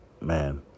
Man